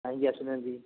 କାହିଁକି ଆସିନାହାନ୍ତି